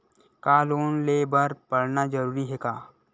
का लोन ले बर पढ़ना जरूरी हे का?